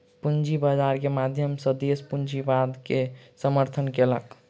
पूंजी बाजार के माध्यम सॅ देस पूंजीवाद के समर्थन केलक